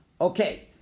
Okay